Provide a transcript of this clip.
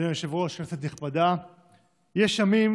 אדוני היושב-ראש, כנסת נכבדה, יש ימים